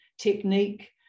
technique